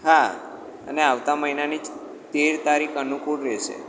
હા અને આવતા મહિનાની જ તેર તારીખ અનુકૂળ રહેશે